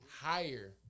higher